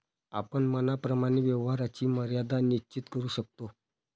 आपण मनाप्रमाणे व्यवहाराची मर्यादा निश्चित करू शकतो